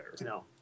No